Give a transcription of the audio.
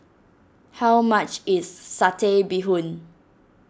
how much is Satay Bee Hoon